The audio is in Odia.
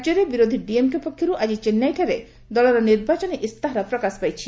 ରାଜ୍ୟରେ ବିରୋଧୀ ଡିଏମ୍କେ ପକ୍ଷରୁ ଆକି ଚେନ୍ନାଇଠାରେ ଦଳର ନିର୍ବାଚନୀ ଇସ୍ତାହାର ପ୍ରକାଶ ପାଇଛି